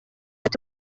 ati